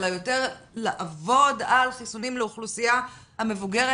אולי נכון יותר לעבוד על חיסונים לאוכלוסייה המבוגרת